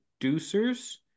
producers